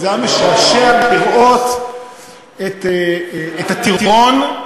וזה היה משעשע לראות את הטירון,